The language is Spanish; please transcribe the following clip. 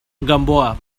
gamboa